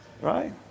Right